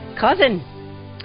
cousin